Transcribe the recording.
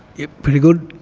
yep, pretty good.